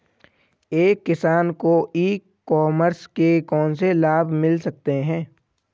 एक किसान को ई कॉमर्स के कौनसे लाभ मिल सकते हैं?